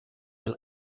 will